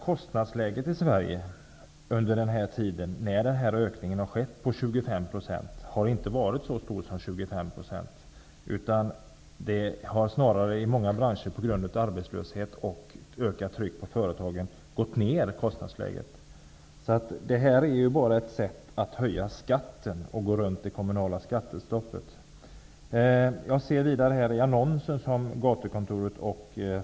Kostnadsläget i Sverige har under den tid när ökningen med 25 % har inträffat inte höjts lika mycket. Kostnadsläget har snarare i många branscher gått ned på grund av arbetslöshet och ökat kostnadstryck. Det är här bara fråga om ett sätt att gå runt det kommunala skattestoppet och höja skatten.